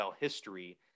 history